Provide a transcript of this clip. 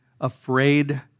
afraid